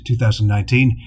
2019